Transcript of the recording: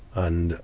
and